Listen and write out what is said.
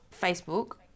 Facebook